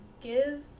give